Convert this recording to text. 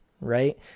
right